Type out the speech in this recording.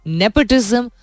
nepotism